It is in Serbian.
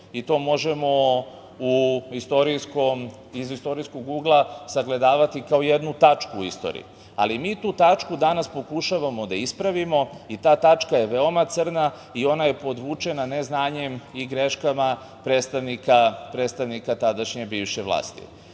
i to možemo iz istorijskog ugla sagledavati kao jednu tačku u istoriji, ali mi tu tačku danas pokušavamo da ispravimo i ta tačka je veoma crna i ona je podvučena neznanjem i greškama predstavnika tadašnje bivše vlasti. Oni